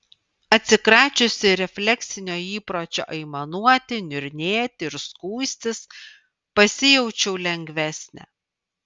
atsikračiusi refleksinio įpročio aimanuoti niurnėti ir skųstis pasijaučiau lengvesnė